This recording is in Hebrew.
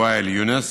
ואאל יונס,